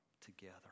together